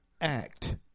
Act